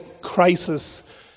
crisis